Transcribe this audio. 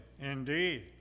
indeed